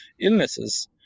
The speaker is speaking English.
illnesses